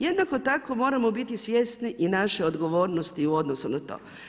Jednako tako moramo biti svjesni i naše odgovornosti u odnosu na to.